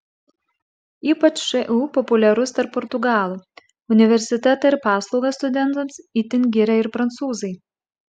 ypač šu populiarus tarp portugalų universitetą ir paslaugas studentams itin giria ir prancūzai